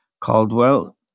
Caldwell